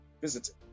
visiting